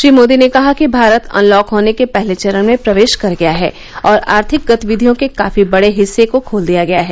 श्री मोदी ने कहा कि भारत अनलॉक होने के पहले चरण में प्रवेश कर गया है और आर्थिक गतिविधियों के काफी बड़े हिस्से को खोल दिया गया है